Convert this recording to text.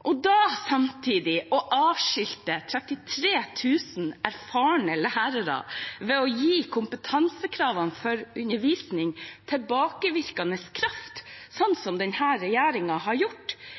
Å samtidig avskilte 33 000 erfarne lærere ved å gi kompetansekravene for undervisning tilbakevirkende kraft, slik denne regjeringen har gjort,